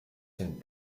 den